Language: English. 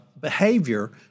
behavior